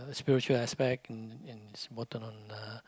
a spiritual aspect and it's important on uh